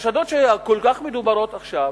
שכל כך מדוברים עכשיו,